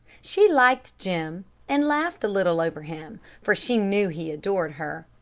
she liked jim, and laughed a little over him, for she knew he adored her.